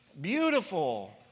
beautiful